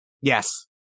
Yes